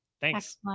Thanks